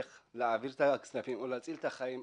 איך להעביר את הכספים או להציל את החיים.